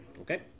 Okay